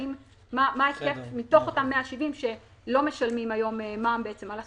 ומה ההיקף מתוך אותם ה-170 שלא משלמים היום מע"מ בעצם על הסובסידיה.